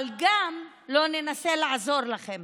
אבל גם לא ננסה לעזור לכם.